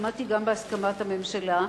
שמעתי גם בהסכמת הממשלה,